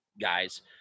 guys